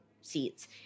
seats